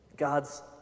God's